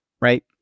right